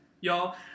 Y'all